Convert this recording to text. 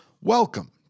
Welcome